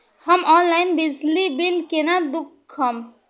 हम ऑनलाईन बिजली बील केना दूखमब?